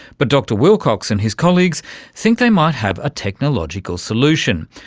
but dr wilcox and his colleagues think they might have a technological solution.